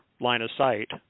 line-of-sight